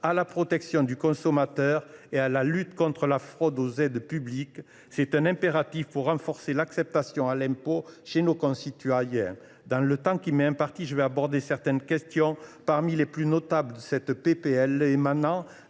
à la protection du consommateur et à la lutte contre la fraude aux aides publiques : c’est un impératif pour renforcer le consentement à l’impôt de nos concitoyens. Dans le temps qui m’est imparti, j’aborderai certaines dispositions parmi les plus notables de cette proposition